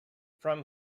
from